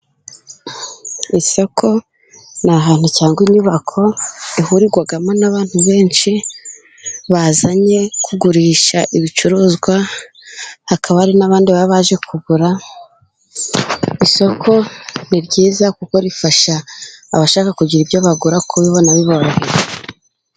Isoko ni ahantu cyangwa inyubako ihurirwamo n'abantu benshi, bazanye kugurisha ibicuruzwa. Hakaba hari n'abandi baba baje kugura. Isoko ni ryiza kuko rifasha abashaka kugira ibyo bagura, kubibona biboroheye.